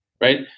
Right